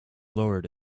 lowered